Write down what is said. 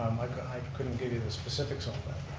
i couldn't give you the specifics on that.